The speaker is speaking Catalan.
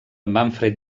manfred